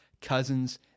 Cousins